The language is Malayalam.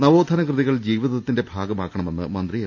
നവോത്ഥാന കൃതികൾ ജീവിതത്തിന്റെ ഭാഗമാക്കണമെന്ന് മന്ത്രി എം